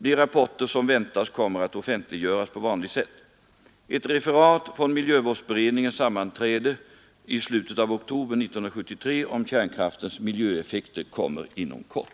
De rapporter som väntas kommer att offentliggöras på vanligt sätt. Det referat från miljövårdsberedningens sammanträde i slutet av oktober 1973 om kärnkraftens miljöeffekter kommer inom kort.